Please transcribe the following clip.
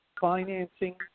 financing